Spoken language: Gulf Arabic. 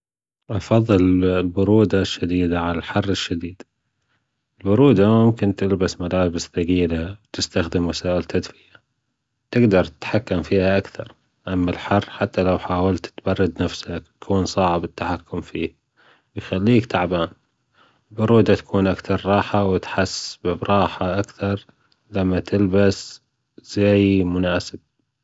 أفضىل البرودة الشديدة على الحر الشديد البرودة ممكن تلبس ملابس تجيلة وتستخدم وسايل تدفئة تجدر تتحكم فيها أكثر أما الحرحتى لو حاولت تبرد نفسك هون صعب التحكم فيه بيخيلك تعبان البرودة تكون أكثر راحة وتحسسني براحة أكثر لما تلبس زى مناسب